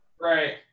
Right